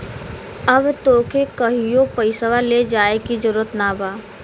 अब तोके कहींओ पइसवा ले जाए की जरूरत ना